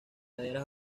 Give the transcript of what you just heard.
laderas